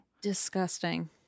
Disgusting